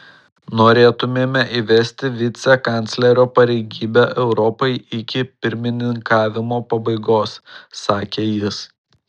norėtumėme įvesti vicekanclerio pareigybę europai iki pirmininkavimo pabaigos sakė jis